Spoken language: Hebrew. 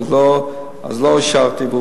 אז לא אישרתי,